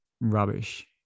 rubbish